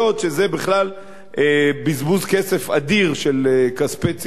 שזה בכלל בזבוז כסף אדיר של כספי ציבור,